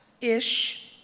Ish